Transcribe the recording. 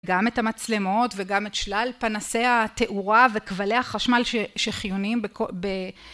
גם את המצלמות וגם את שלל פנסי התאורה וכבלי החשמל שחיונים בכל...